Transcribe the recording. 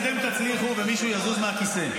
נניח שאתם תצליחו ומישהו יזוז מהכיסא,